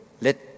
Let